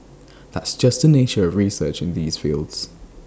that's just the nature of research in these fields